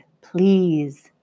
please